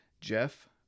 Jeff